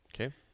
Okay